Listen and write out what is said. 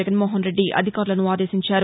జగన్మోహన్ రెడ్డి అధికారులను ఆదేశించారు